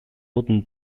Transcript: wurden